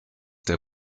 der